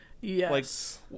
Yes